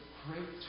great